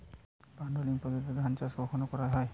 Puddling পদ্ধতিতে ধান চাষ কখন করা হয়?